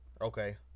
okay